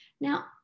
Now